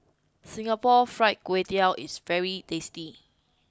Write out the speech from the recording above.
Singapore Fried Kway Tiao is very tasty